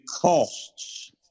costs